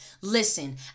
listen